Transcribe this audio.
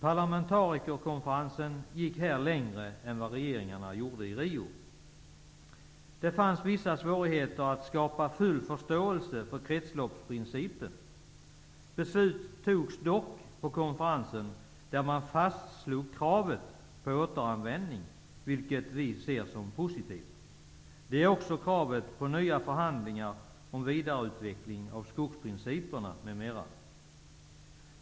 Parlamentarikerkonferensen gick här längre än vad regeringarna gjorde i Rio. Det fanns vissa svårigheter att skapa full förståelse för kretsloppsprincipen. Beslut fattades dock, där man fastslog kravet på återanvändning, vilket vi ser som positivt. Det gäller också kravet på nya förhandlingar om vidareutveckling av skogsprinciperna m.m.